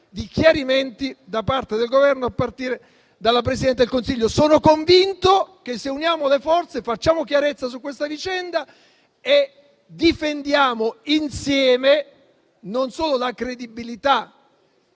di chiarimenti da parte del Governo, a partire dalla Presidente del Consiglio. Sono convinto che, se uniamo le forze, facciamo chiarezza su questa vicenda e difendiamo insieme non solo la credibilità